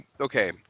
okay